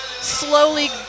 slowly